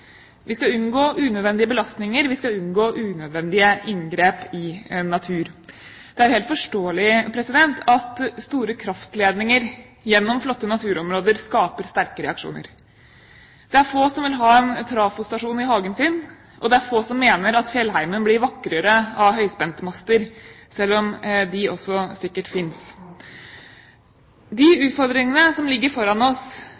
Vi skal unngå unødvendige belastninger, vi skal unngå unødvendige inngrep i natur. Det er jo helt forståelig at store kraftledninger gjennom flotte naturområder skaper sterke reaksjoner. Det er få som vil ha en trafostasjon i hagen sin, og det er få som mener at fjellheimen blir vakrere av høyspentmaster, selv om de også sikkert finnes. De utfordringene som ligger foran oss,